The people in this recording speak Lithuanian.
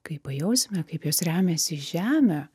kai pajausime kaip jos remiasi žemę